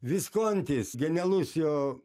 viskontis genialus jo